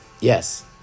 yes